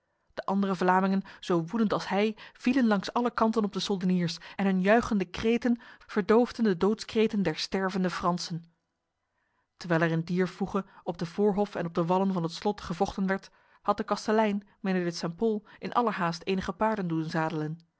de andere vlamingen zo woedend als hij vielen langs alle kanten op de soldeniers en hun juichende kreten verdoofden de doodskreten der stervende fransen terwijl er in dier voege op de voorhof en op de wallen van het slot gevochten werd had de kastelein mijnheer de st pol in allerhaast enige paarden doen zadelen